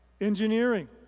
engineering